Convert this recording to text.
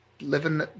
living